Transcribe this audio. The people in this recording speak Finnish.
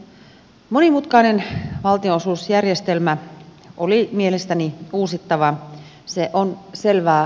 monimutkainen valtionosuusjärjestelmä oli mielestäni uusittava se on selvää